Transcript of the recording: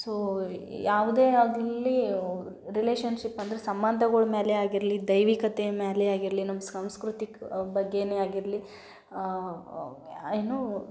so ಯಾವುದೇ ಆಗಲಿ relationship ಅಂದ್ರೆ ಸಂಬಂಧಗಳ್ ಮೇಲೆ ಆಗಿರಲಿ ದೈವಿಕತೆ ಮೇಲೆ ಆಗಿರಲಿ ನಮ್ಮ ಸಾಂಸ್ಕೃತಿಕ ಬಗ್ಗೆಯೇ ಆಗಿರಲಿ ಏನು